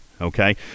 okay